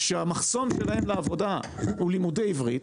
שהמחסום שלהם לעבודה הוא לימודי עברית.